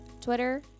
Twitter